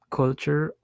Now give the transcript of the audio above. culture